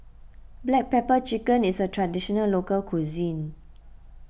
Black Pepper Chicken is a Traditional Local Cuisine